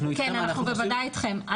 אנחנו בוודאי אתכם.